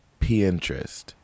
Pinterest